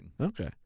Okay